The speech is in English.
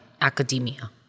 academia